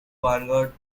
vanguard